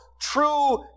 true